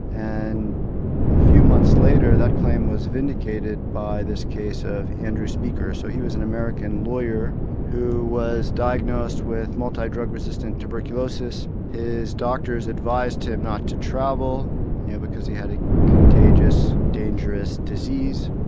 and a few months later, that claim was vindicated by this case of andrew speaker. so he was an american lawyer who was diagnosed with multi-drug resistant tuberculosis. his doctors advised him not to travel you know because he had a contagious, dangerous disease,